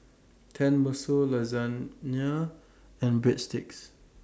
Tenmusu Lasagna and Breadsticks